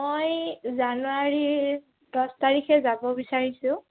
মই জানুৱাৰী দহ তাৰিখে যাব বিচাৰিছোঁ